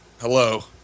Hello